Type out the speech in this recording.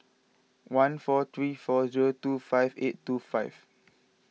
one four three four zero two five eight two five